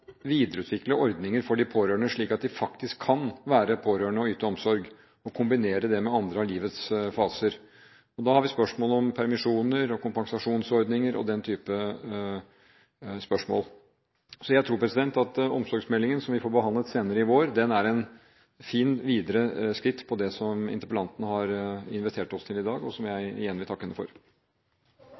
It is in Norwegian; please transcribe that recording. videreutvikle ordninger for de pårørende, slik at de faktisk kan være pårørende og yte omsorg og kombinere det med andre av livets faser. Da har vi spørsmål om permisjoner, kompensasjonsordninger og den typen spørsmål. Jeg tror omsorgsmeldingen, som vi får behandlet senere i vår, er et fint videre skritt på det som interpellanten har invitert oss til i dag, og som jeg igjen vil takke henne for.